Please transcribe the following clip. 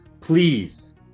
please